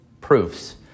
proofs